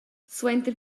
suenter